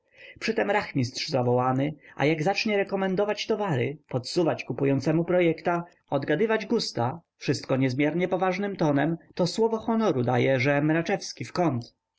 przytem rachmistrz zawołany a jak zacznie rekomendować towary podsuwać kupującemu projekta odgadywać gusta wszystko niezmiernie poważnym tonem to słowo honoru daję że mraczewski w kąt